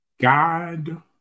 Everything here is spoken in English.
God